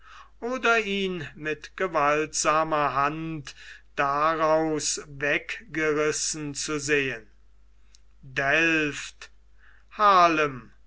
oder ihn mit gewaltsamer hand daraus weggerissen zu sehen delft